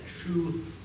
true